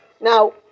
Now